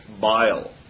bile